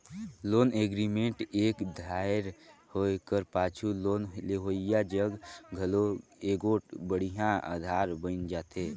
loan agreement एक धाएर होए कर पाछू लोन लेहोइया जग घलो एगोट बड़िहा अधार बइन जाथे